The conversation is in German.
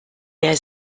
der